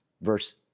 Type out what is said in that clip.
verse